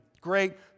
great